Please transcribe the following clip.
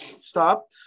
Stop